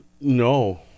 No